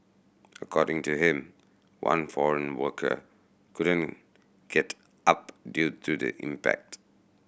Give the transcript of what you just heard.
according to him one foreign worker couldn't get up due to the impact